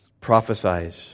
Prophesize